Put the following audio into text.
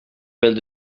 build